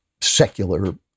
secular